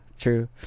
true